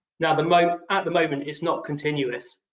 now the moat at the moment is not continuous,